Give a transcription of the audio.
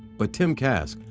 but tim kask,